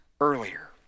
earlier